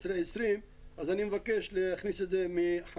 עד 2020..." אז אני מבקש להכניס את זה מ-2015,